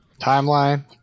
Timeline